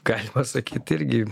galima sakyt irgi